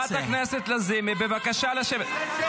--- חברת הכנסת לזימי, בבקשה לשבת.